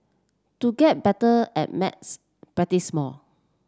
to get better at maths practise more